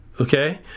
Okay